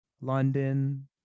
London